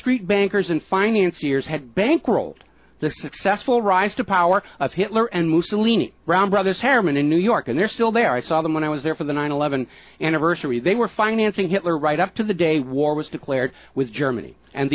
street bankers in finance years had bankrolled the successful rise to power of hitler and mussolini brown brothers harriman in new york and they're still there i saw them when i was there for the nine eleven anniversary they were financing hitler right up to the day war was declared with germany and